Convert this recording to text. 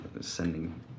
sending